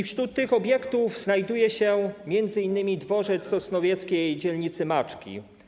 Wśród tych obiektów znajduje się m.in. dworzec w sosnowieckiej dzielnicy Maczki.